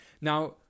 Now